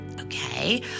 okay